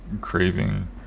craving